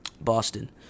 Boston